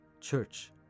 church